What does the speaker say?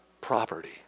property